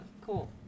cool